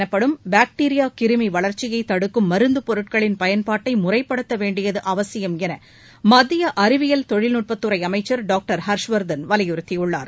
எனப்படும் பாக்டீரியாகிருமிவளர்ச்சியைதடுக்கும் மருந்துப் ஆன்ட்பயாடிக் பொருட்களின் பயன்பாட்டைமுறைப்படுத்தவேண்டியதுஅவசியம் என மத்தியஅறிவியல் தொழில்நுட்பத்துறைஅமைச்சர் டாக்டர் ஹர்ஷ்வர்தன் வலியுறுத்தியுள்ளார்